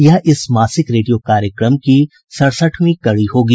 यह इस मासिक रेडियो कार्यक्रम की सड़सठवीं कड़ी होगी